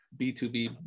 B2B